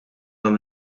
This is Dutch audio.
dan